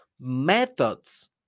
methods